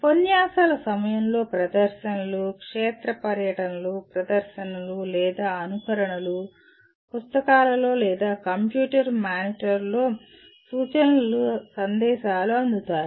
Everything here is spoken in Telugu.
ఉపన్యాసాల సమయంలో ప్రదర్శనలు క్షేత్ర పర్యటనలు ప్రదర్శనలు లేదా అనుకరణలు పుస్తకాలలో లేదా కంప్యూటర్ మానిటర్లో సూచనల సందేశాలు అందుతాయి